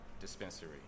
dispensary